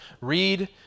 Read